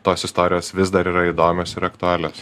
tos istorijos vis dar yra įdomios ir aktualios